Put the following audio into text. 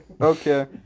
Okay